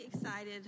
excited